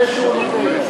לפני שהוא נותן,